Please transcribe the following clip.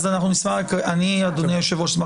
אני אשמח לקבל, אדוני היושב ראש.